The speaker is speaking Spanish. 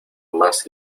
más